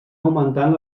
augmentant